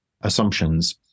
assumptions